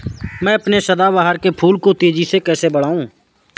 मैं अपने सदाबहार के फूल को तेजी से कैसे बढाऊं?